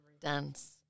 dance